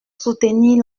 soutenir